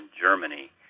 Germany